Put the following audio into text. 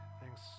Thanks